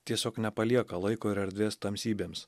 tiesiog nepalieka laiko ir erdvės tamsybėms